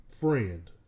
friend